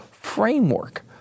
framework